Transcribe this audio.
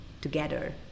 together